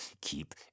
Keep